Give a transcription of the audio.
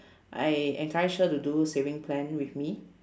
I encourage her to do saving plan with me